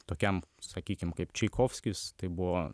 tokiam sakykim kaip čaikovskis tai buvo